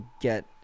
get